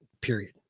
Period